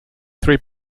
three